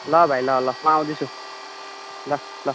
ल भाइ ल ल म आउँदैछु ल ल